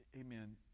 amen